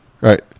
Right